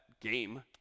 game